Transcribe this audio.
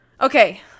Okay